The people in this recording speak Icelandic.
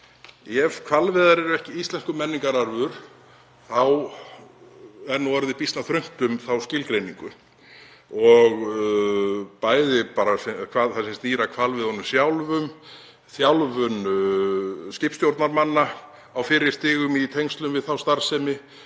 Ef hvalveiðar eru ekki íslenskur menningararfur þá er orðið býsna þröngt um þá skilgreiningu, bæði það sem snýr að hvalveiðunum sjálfum, þjálfun skipstjórnarmanna á fyrri stigum í tengslum við þá starfsemi